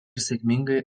sėkmingai